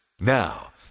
Now